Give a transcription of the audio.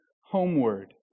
homeward